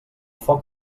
foc